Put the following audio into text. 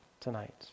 tonight